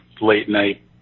late-night